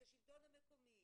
את השלטון המקומי,